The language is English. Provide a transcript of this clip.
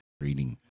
reading